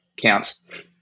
counts